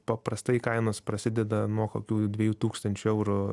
paprastai kainos prasideda nuo kokių dviejų tūkstančių eurų